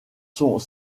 sont